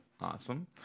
Awesome